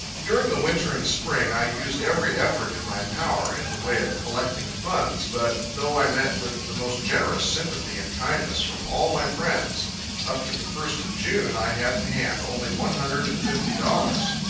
during the winter and spring, i used every effort in my power in the way of collecting funds, but, though i met with the most generous sympathy and kindness from all my friends up to the first of june i had in hand only one hundred and fifty dollars.